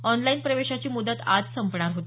online प्रवेशाची मुदत आज संपणार होती